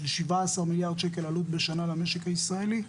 17 מיליארד שקל עלות בשנה למשק הישראלי,